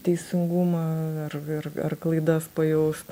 teisingumą ir ir ar klaidas pajaust